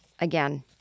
Again